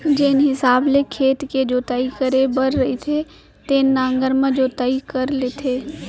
जेन हिसाब ले खेत के जोताई करे बर रथे तेन नांगर म जोताई कर लेथें